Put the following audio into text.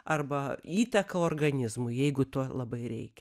arba įtaką organizmui jeigu to labai reikia